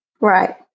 Right